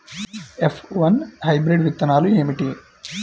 F one hybrid విత్తనాలు ఏమిటి?